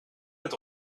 werd